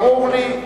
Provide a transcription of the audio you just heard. ברור לי.